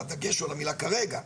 והדגש הוא על המילה כרגע,